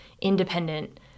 independent